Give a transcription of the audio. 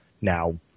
Now